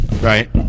Right